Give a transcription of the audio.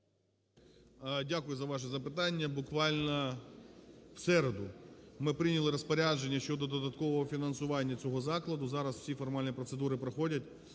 Дякую за ваше запитання. Буквально в середу ми прийняли розпорядження щодо додаткового фінансування цього закладу, зараз всі формальні процедури проходять.